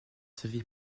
servi